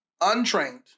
untrained